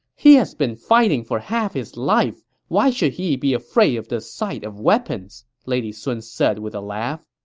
he has been fighting for half his life. why should he be afraid of the sight of weapons? lady sun said with a laugh.